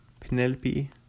Penelope